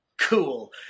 cool